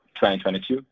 2022